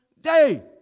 day